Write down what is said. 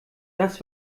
das